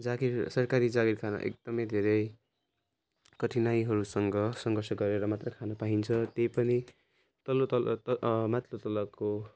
जागिर सरकारी जागिर खान एकदमै धेरै कठिनाइहरूसँग सङ्घर्ष गरेर मात्रै खान पाइन्छ त्यही पनि तल्लो तल माथिल्लो तलको